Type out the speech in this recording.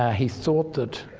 ah he thought that